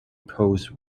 pose